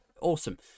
awesome